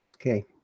okay